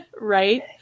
right